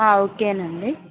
okay అండి